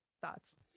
thoughts